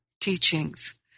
teachings